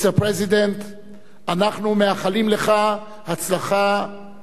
אנחנו מאחלים לך הצלחה מקרב לב בתפקידך החדש.